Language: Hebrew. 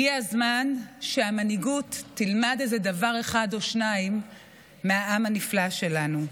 הגיע הזמן שהמנהיגות תלמד איזה דבר אחד או שניים מהעם הנפלא שלנו.